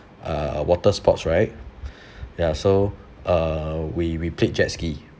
uh water sports right ya so uh we we played jet ski